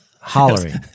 hollering